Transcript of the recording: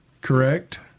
correct